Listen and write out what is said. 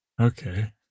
Okay